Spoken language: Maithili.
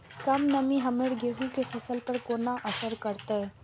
कम नमी हमर गेहूँ के फसल पर केना असर करतय?